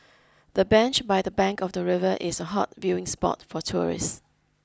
the bench by the bank of the river is a hot viewing spot for tourists